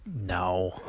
No